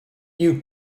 you